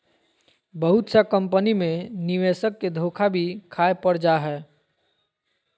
बहुत सा कम्पनी मे निवेशक के धोखा भी खाय पड़ जा हय